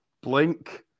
blink